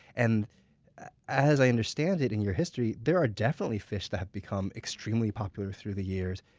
and as i understand it in your history, there are definitely fish that become extremely popular through the years.